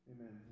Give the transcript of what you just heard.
Amen